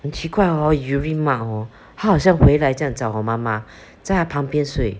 很奇怪 hor urine mark hor 他好像回来这样找我妈妈在她旁边睡